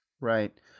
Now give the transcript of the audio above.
Right